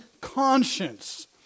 conscience